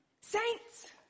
Saints